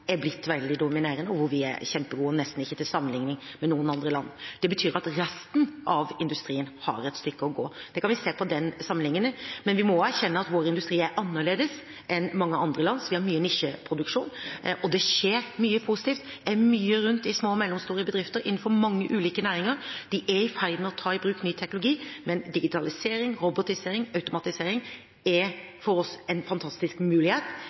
er blitt veldig dominerende, og hvor vi er kjempegode og nesten ikke kan sammenlignes med andre land. Det betyr at resten av industrien har et stykke å gå. Det kan vi se på sammenligningen. Men vi må erkjenne at vår industri er annerledes enn mange andre lands. Vi har mye nisjeproduksjon, og det skjer mye positivt. Jeg er mye rundt i små og mellomstore bedrifter innenfor mange ulike næringer. De er i ferd med å ta i bruk ny teknologi. Digitalisering, robotisering og automatisering er for oss en fantastisk mulighet